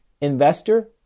investor